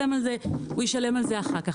הוא ישלם על זה אחר כך.